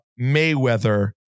Mayweather